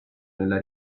nella